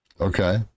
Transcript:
Okay